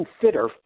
consider